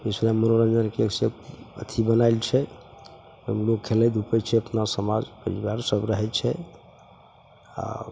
बेगूसरायमे मनोरञ्जनके एकसे एक अथी बनाएल छै लोक खेलै धुपै छै अपना समाज परिवार सब रहै छै आओर